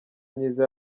myiza